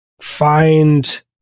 find